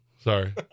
Sorry